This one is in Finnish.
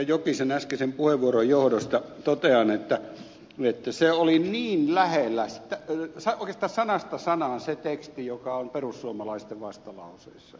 jokisen äskeisen puheenvuoron johdosta totean että se oli niin lähellä sitä tekstiä oikeastaan sanasta sanaan se teksti joka on perussuomalaisten vastalauseessa